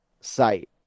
site